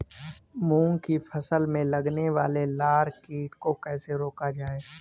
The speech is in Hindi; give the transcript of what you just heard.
मूंग की फसल में लगने वाले लार कीट को कैसे रोका जाए?